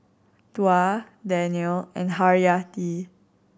Tuah Daniel and Haryati